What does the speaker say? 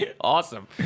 Awesome